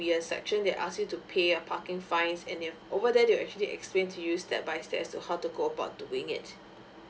be a section that ask you to pay a parking fines and then over they will actually explain to you step by step as to how to go about doing it